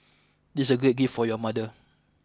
this is a great gift for your mother